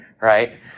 right